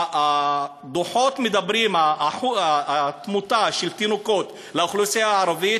הדוחות אומרים שהתמותה של תינוקות באוכלוסייה הערבית,